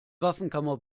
waffenkammer